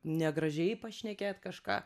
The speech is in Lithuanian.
negražiai pašnekėt kažką